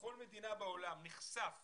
בכל מדינה בעולם נחשף